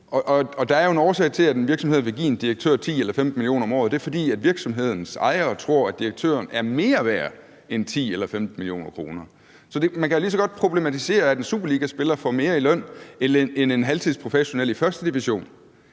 er jo en årsag til, at en virksomhed vil give en direktør 10 eller 15 mio. kr. om året. Og det er, fordi virksomhedens ejere tror, at direktøren er mere værd end 10 eller 15 mio. kr. Så man kan lige så godt problematisere, at en superligaspiller får mere i løn end en halvtidsprofessionel i 1. division,